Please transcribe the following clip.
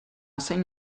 zein